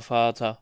vater